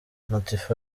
notify